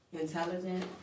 intelligent